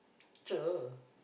cher